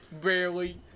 Barely